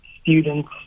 Students